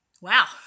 Wow